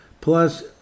Plus